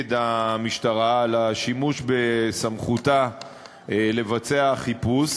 כנגד המשטרה על השימוש בסמכותה לבצע חיפוש,